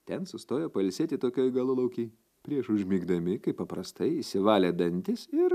ten sustojo pailsėti tokioj galulaukėj prieš užmigdami kaip paprastai išsivalė dantis ir